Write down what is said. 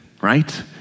right